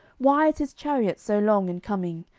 why is his chariot so long in coming?